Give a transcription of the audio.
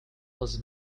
was